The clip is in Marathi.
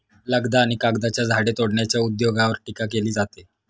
लगदा आणि कागदाच्या झाडे तोडण्याच्या उद्योगावर टीका केली जाते